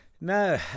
No